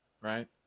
right